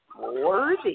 worthy